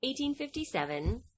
1857